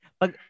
pag